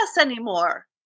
anymore